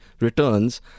returns